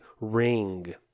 ring